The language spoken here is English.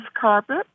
carpet